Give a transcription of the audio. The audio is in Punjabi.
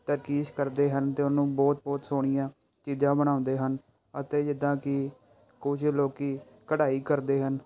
ਤਰਕੀਸ਼ ਕਰਦੇ ਹਨ ਅਤੇ ਉਹਨੂੰ ਬਹੁਤ ਬਹੁਤ ਸੋਹਣੀਆਂ ਚੀਜ਼ਾਂ ਬਣਾਉਂਦੇ ਹਨ ਅਤੇ ਜਿੱਦਾਂ ਕਿ ਕੁਝ ਲੋਕ ਕਢਾਈ ਕਰਦੇ ਹਨ